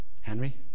Henry